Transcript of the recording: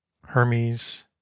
Hermes